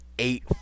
eight